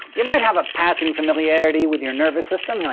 you might have a passing familiarity with your nervous system, yeah